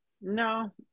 No